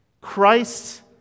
Christ